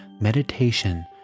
Meditation